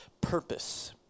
purpose